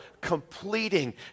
completing